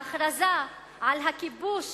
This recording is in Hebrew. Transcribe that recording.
ההכרזה על הכיבוש